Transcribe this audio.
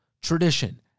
tradition